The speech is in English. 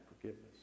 forgiveness